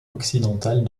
occidentale